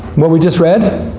what we just read,